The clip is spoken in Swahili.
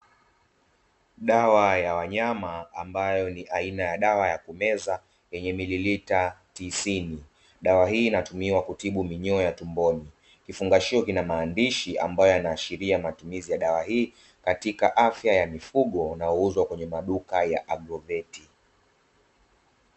Dawa ya wanyama ambayo ni aina ya dawa ya kumeza, yenye mililita tisini, dawa hii inatumiwa kutibu minyoo ya tumboni kifungashio, kina maandishi ambayo yanaashiria matumizi ya dawa hii, katika afya ya mifugo na huuzwa kwenye maduka ya agroveti.